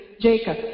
Jacob